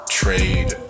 trade